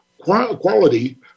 quality